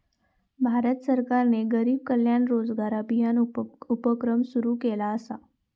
भारत सरकारने गरीब कल्याण रोजगार अभियान उपक्रम सुरू केला असा